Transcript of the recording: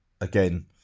Again